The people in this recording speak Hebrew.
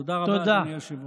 תודה רבה, אדוני היושב-ראש.